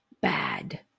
bad